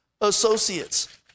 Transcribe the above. associates